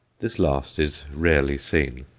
this last is rarely seen.